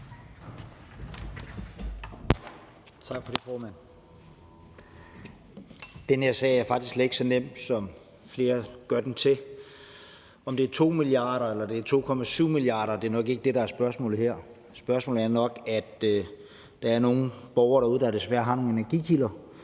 Tak for det, formand. Den her sag er faktisk slet ikke så nem, som flere vil gøre den til. Om det er 2 mia. kr. eller det er 2,7 mia. kr., er nok ikke det, der er spørgsmålet her. Spørgsmålet er nok, at der er nogle borgere derude, der desværre har nogle energikilder,